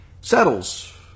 settles